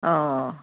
অঁ